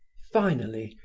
finally,